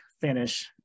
finish